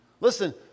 Listen